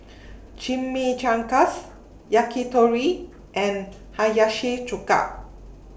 Chimichangas Yakitori and Hiyashi Chuka